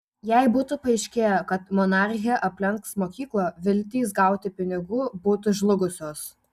jei būtų paaiškėję kad monarchė aplenks mokyklą viltys gauti pinigų būtų žlugusios